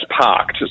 parked